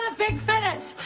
ah big finish.